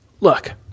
look